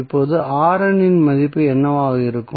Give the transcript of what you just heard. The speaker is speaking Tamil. இப்போது இன் மதிப்பு என்னவாக இருக்கும்